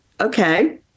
okay